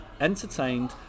entertained